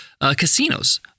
casinos